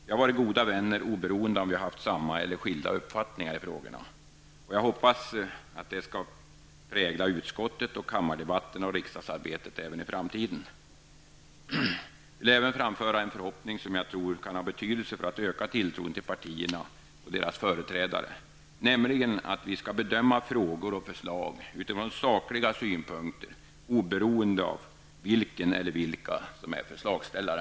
Vi har varit goda vänner oberoende av om vi har haft samma eller skilda uppfattningar i frågorna. Jag hoppas att detta skall prägla utskottet, kammardebatterna och riksdagsarbetet även i framtiden. Jag vill även framföra en förhoppning, som jag tror kan ha betydelse för att öka tilltron till partierna och deras företrädare, nämligen att vi skall bedöma frågor och förslag utifrån sakliga synpunkter oberoende av vilken eller vilka som är förslagsställare.